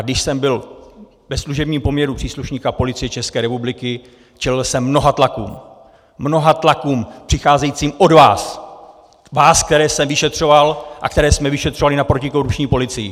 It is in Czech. Když jsem byl ve služebním poměru příslušníka Policie České republiky, čelil jsem mnoha tlakům, mnoha tlakům přicházejícím od vás, vás, které jsem vyšetřoval a které jsme vyšetřovali na protikorupční policii!